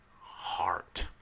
heart